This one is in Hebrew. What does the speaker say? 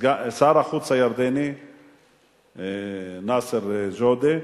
סגן החוץ הירדני נאסר ג'ודה,